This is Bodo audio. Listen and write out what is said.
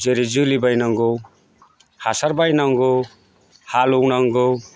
जेरै जोलै बायनांगौ हासार बायनांगौ हालएवनांगौ